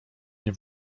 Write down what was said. nie